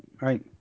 right